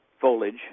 foliage